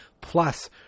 Plus